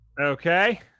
Okay